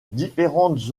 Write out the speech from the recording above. différentes